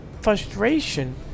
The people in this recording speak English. frustration